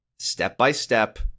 step-by-step